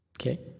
Okay